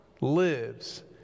lives